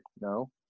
no